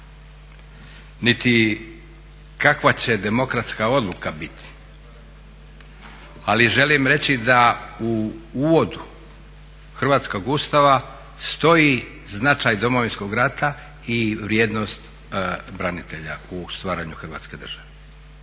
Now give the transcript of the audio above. niti kakva će demokratska odluka biti. Ali želim reći da u uvodu hrvatskog Ustava stoji značaj Domovinskog rata i vrijednost branitelja u stvaranju Hrvatske države.